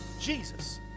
Jesus